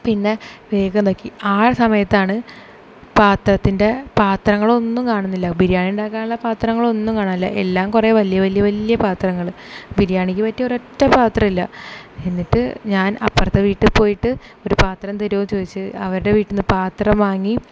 പിന്നെ വേഗം നോക്കി ആ സമയത്താണ് പാത്രത്തിൻ്റെ പാത്രങ്ങളൊന്നും കാണുന്നില്ല ബിരിയാണി ഉണ്ടാക്കാനുള്ള പാത്രങ്ങളൊന്നും കാണാനില്ല എല്ലാം കുറെ വലിയ വലിയ വലിയ പാത്രങ്ങൾ ബിരിയാണിക്ക് പറ്റിയ ഒരൊറ്റ പാത്രം ഇല്ല എന്നിട്ട് ഞാൻ അപ്പുറത്തെ വീട്ടിൽ പോയിട്ട് ഒരു പാത്രം തരുമോ ചോദിച്ച് അവരുടെ വീട്ടിൽ നിന്ന് പാത്രം വാങ്ങി